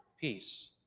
peace